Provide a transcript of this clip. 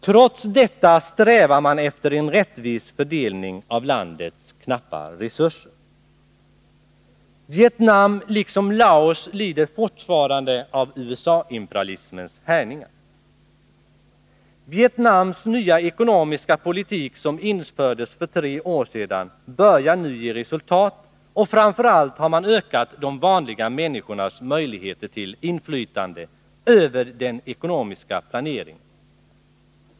Trots detta strävar man efter en rättvis fördelning av landets knappa resurser. Vietnam liksom Laos lider fortfarande av USA-imperialismens härjningar. Vietnams nya ekonomiska politik som infördes för tre år sedan börjar nu ge resultat, och framför allt har man ökat de vanliga människornas möjligheter till inflytande över den ekonomiska planeringen.